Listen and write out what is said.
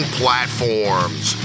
platforms